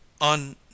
On